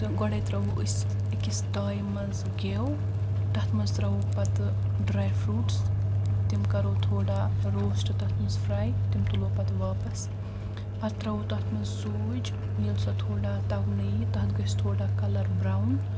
تہٕ گۄڈے تراوو أسۍ أکِس تایہِ منٛز گٮ۪و تتھ منٛز ترٛاوو پتہٕ ڈراے فروٗٹس تِم کرو تھوڑا روسٹ تتھ منٛز فراے تِم تُلہوکھ پتہٕ واپس پتہٕ ترٛاوو تتھ منٛز سوٗجۍ ییٚلہِ سۄ تھوڑا تونہٕ ییہِ تتھ گژھِ تھوڑا کلر برٛاوُن